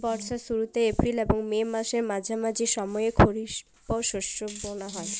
বর্ষার শুরুতে এপ্রিল এবং মে মাসের মাঝামাঝি সময়ে খরিপ শস্য বোনা হয়